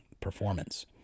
performance